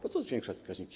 Po co zwiększać wskaźniki?